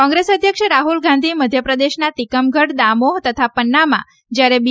કોંગ્રેસ અધ્યક્ષ રાહુલ ગાંધી મધ્યપ્રદેશના તિકમગઢ દામોહ તથા પન્નામાં જયારે બી